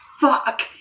fuck